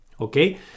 okay